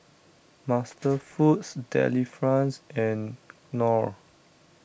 MasterFoods Delifrance and Knorr